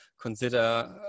consider